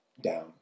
down